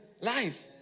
life